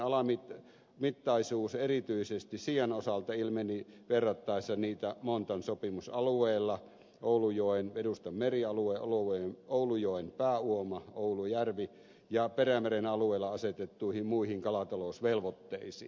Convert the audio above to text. istutusten alimittaisuus erityisesti siian osalta ilmeni verrattaessa niitä montan sopimusalueella oulujoen edustan merialue alueen oulujoen pääuoma oulujärvi ja perämeren alueella asetettuihin muihin kalatalousvelvoitteisiin